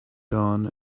dawn